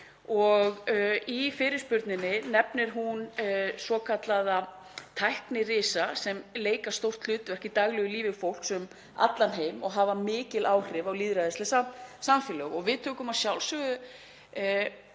Í fyrirspurninni nefnir hún svokallaða tæknirisa sem leika stórt hlutverk í daglegu lífi fólks um allan heim og hafa mikil áhrif á lýðræðisleg samfélög. Við tökum að sjálfsögðu